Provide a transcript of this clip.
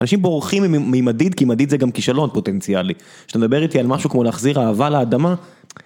אנשים בורחים ממדיד, כי מדיד זה גם כישלון פוטנציאלי. כשאתה מדבר איתי על משהו כמו להחזיר אהבה לאדמה...